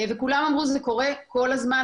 וכולם אמרו שזה קורה כל הזמן,